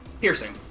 piercing